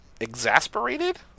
exasperated